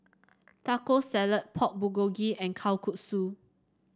Taco Salad Pork Bulgogi and Kalguksu